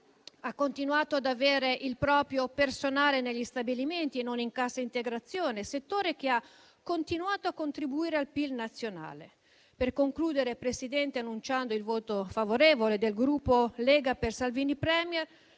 a produrre, ad avere il proprio personale negli stabilimenti e non in cassa integrazione e che ha continuato a contribuire al PIL nazionale. Per concludere, signor Presidente, annunciando il voto favorevole del Gruppo Lega Salvini Premier-Partito